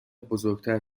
بزرگتر